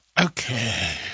Okay